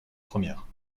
première